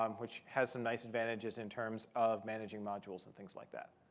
um which has some nice advantages in terms of managing modules and things like that.